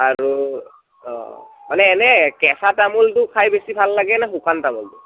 আৰু মানে এনেই কেঁচা তামোলটো খাই বেছি ভাল লাগে নে শুকান তামোলটো